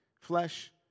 flesh